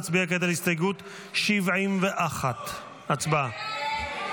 נצביע כעת על הסתייגות 71. הצבעה.